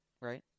Right